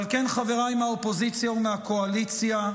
ועל כן חבריי מהאופוזיציה ומהקואליציה,